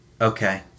okay